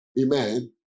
Amen